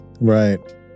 Right